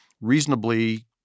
reasonably